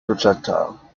projectile